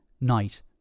night